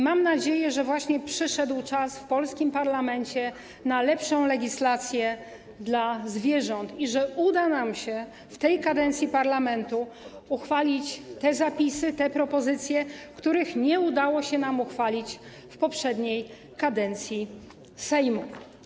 Mam nadzieję, że właśnie przyszedł czas w polskim parlamencie na lepszą legislację dla zwierząt i że uda nam się w tej kadencji parlamentu uchwalić te zapisy, te propozycje, których nie udało się nam uchwalić w poprzedniej kadencji Sejmu.